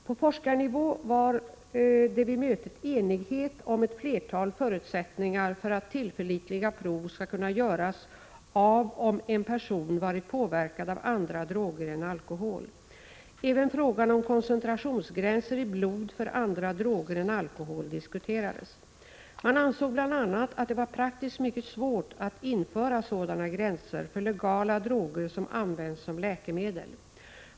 På forskarnivå rådde vid mötet enighet om ett flertal förutsättningar för att tillförlitliga prov skall kunna göras av om en person varit påverkad av andra droger än alkohol. Även frågan om koncentrationsgränser i blod för andra droger än alkohol diskuterades. Man ansåg bl.a. att det var praktiskt mycket svårt att införa sådana gränser för legala droger som används som läkemedel.